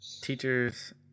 Teachers